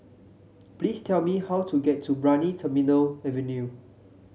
please tell me how to get to Brani Terminal Avenue